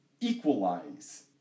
equalize